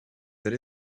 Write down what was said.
that